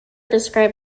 described